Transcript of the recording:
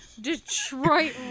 Detroit